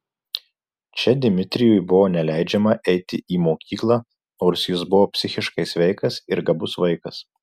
čia dmitrijui buvo neleidžiama eiti į mokyklą nors jis buvo psichiškai sveikas ir gabus vaikas